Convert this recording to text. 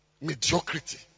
mediocrity